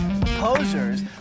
Posers